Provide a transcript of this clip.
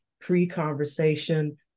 pre-conversation